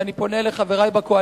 ואני פונה אל חברי בקואליציה.